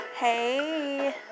Hey